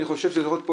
אני חוזרת להייטק,